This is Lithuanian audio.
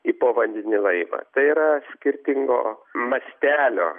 į povandeninį laivą tai yra skirtingo mastelio